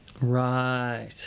Right